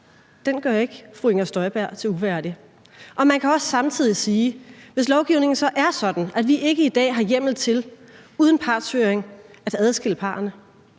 – gør fru Inger Støjberg uværdig. Man kan også samtidig sige, at hvis lovgivningen så er sådan, at vi ikke i dag har hjemmel til uden partshøring at adskille parrene,